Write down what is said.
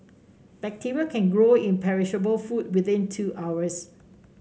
bacteria can grow in perishable food within two hours